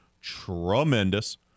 tremendous